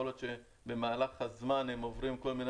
יכול להיות שבמהלך הזמן הם עוברים כל מיני